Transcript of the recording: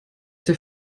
der